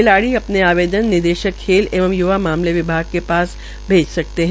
खिलाड़ी अपने आवेदन निदेशक खेल एवं य्वा मामले विभाग के पास भेज सकते है